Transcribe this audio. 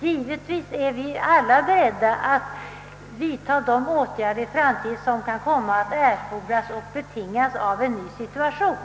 Givetvis är vi alla beredda att vidta de åtgärder som kan komma att erfordras och betingas av en ny situation.